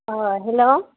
अ हेल'